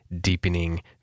deepening